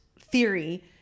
theory